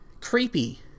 Creepy